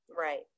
Right